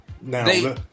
Now